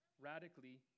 radically